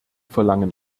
verlangen